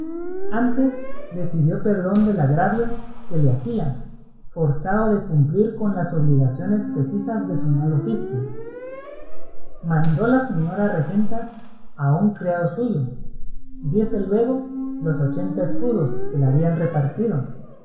antes le pidió perdón del agravio que le hacía forzado de cumplir con las obligaciones precisas de su mal oficio mandó la señora regenta a un criado suyo diese luego los ochenta escudos que le habían repartido